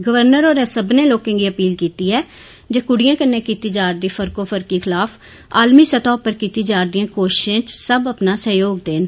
governor होरें सब्बनें लोकें गी अपील कीती ऐ जे कड़ियें कन्नै कीती जा रदी फर्को फर्की खलाफ आलमी सतह उप्पर कीती जा रदियें कोशिशें च सब अपना सैहयोग देन